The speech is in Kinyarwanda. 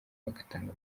bagatanga